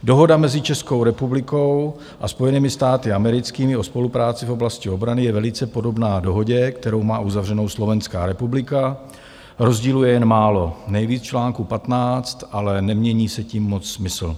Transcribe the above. Dohoda mezi Českou republikou a Spojenými státy americkými o spolupráci v oblasti obrany je velice podobná dohodě, kterou má uzavřenou Slovenská republika, rozdílů je jen málo, nejvíc v čl. 15, ale nemění se tím moc smysl.